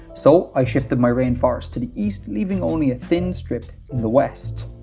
so i shifted my rainforest to the east, leaving only a thin strip in the west.